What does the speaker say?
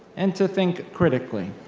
and to think critically,